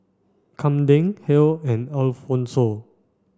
Kamden Hale and Alphonso